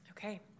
Okay